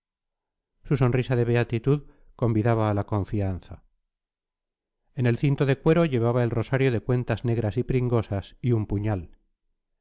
su sonrisa de beatitud convidaba a la confianza en el cinto de cuero llevaba el rosario de cuentas negras y pringosas y un puñal